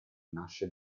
nasce